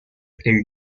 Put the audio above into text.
ill